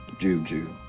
juju